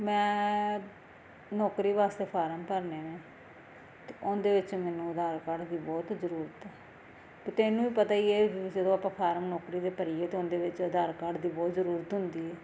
ਮੈਂ ਨੌਕਰੀ ਵਾਸਤੇ ਫਾਰਮ ਭਰਨੇ ਨੇ ਅਤੇ ਉਹਦੇ ਵਿੱਚ ਮੈਨੂੰ ਆਧਾਰ ਕਾਰਡ ਦੀ ਬਹੁਤ ਜ਼ਰੂਰਤ ਹੈ ਅਤੇ ਤੈਨੂੰ ਵੀ ਪਤਾ ਹੀ ਹੈ ਵੀ ਜਦੋਂ ਆਪਾਂ ਫਾਰਮ ਨੌਕਰੀ ਦੇ ਭਰੀਏ ਤਾਂ ਉਹਦੇ ਵਿੱਚ ਆਧਾਰ ਕਾਰਡ ਦੀ ਬਹੁਤ ਜ਼ਰੂਰਤ ਹੁੰਦੀ ਹੈ